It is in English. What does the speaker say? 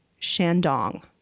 Shandong